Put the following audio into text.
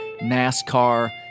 NASCAR